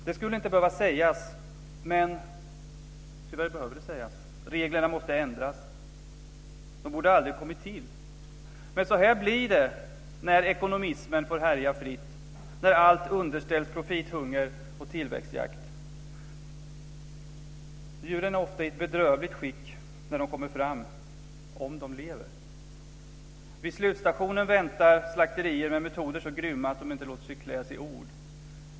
Det skulle inte behöva sägas, men tyvärr behöver det sägas: Reglerna måste ändras. De borde aldrig ha kommit till. Men så här blir det när ekonomismen får härja fritt och när allt underställs profithunger och tillväxtjakt. Djuren är ofta i ett bedrövligt skick när de kommer fram - om de lever. Vid slutstationen väntar slakterier med metoder så grymma att de inte låter sig kläs i ord.